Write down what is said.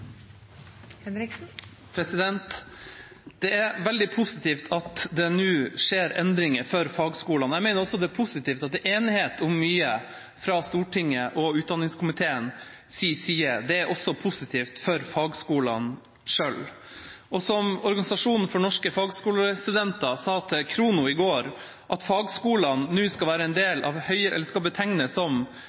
veldig positivt at det nå skjer endringer for fagskolene. Jeg mener også det er positivt at det er enighet om mye fra Stortingets og utdanningskomiteens side. Det er også positivt for fagskolene selv. Som Organisasjon for Norske Fagskolestudenter sa til Khrono i går: At fagskolene nå skal betegnes som høyere yrkesfaglig utdanning, er en viktig anerkjennelse av